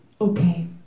Okay